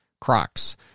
Crocs